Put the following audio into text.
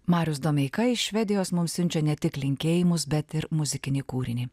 marius domeika iš švedijos mums siunčia ne tik linkėjimus bet ir muzikinį kūrinį